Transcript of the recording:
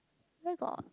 where got